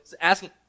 asking